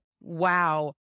Wow